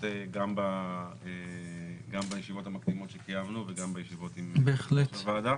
גם בישיבות המקדימות שקיימנו וגם בישיבות עם הוועדה.